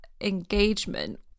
engagement